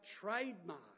trademark